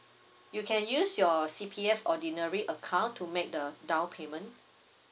you can use your C_P_F ordinary account to make the down payment